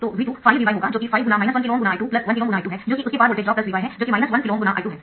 तो V2 5Vy होगा जो कि 5× 1KΩ ×I21KΩ ×I2 है जो कि उसके पार वोल्टेज ड्रॉप Vy है जो कि 1KΩ ×I2 है